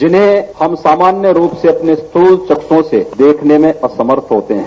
जिन्हें हम सामान्य रूप से अपने मूल तथ्यों से देखने में असमर्थ होते हैं